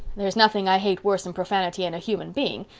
there's nothing i hate worse'n profanity in a human being,